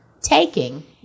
taking